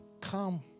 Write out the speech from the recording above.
Come